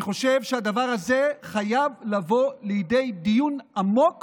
אני חושב שהדבר הזה חייב לבוא לידי דיון עמוק